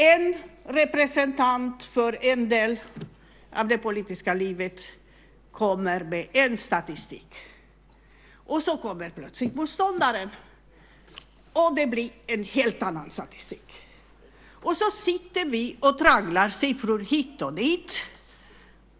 En representant för en del av det politiska livet kommer med en statistik, och så kommer plötsligt motståndaren fram, och det blir en helt annan statistik. Och så sitter vi och tragglar siffror hit och dit.